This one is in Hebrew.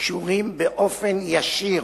קשורים באופן ישיר